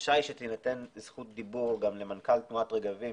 הבקשה היא שתינתן זכות דיבור למנכ"ל תנועת רגבים,